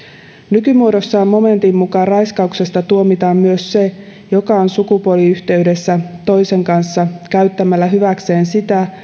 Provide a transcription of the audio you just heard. nykymuodossaan momentin mukaan raiskauksesta tuomitaan myös se joka on sukupuoliyhteydessä toisen kanssa käyttämällä hyväkseen sitä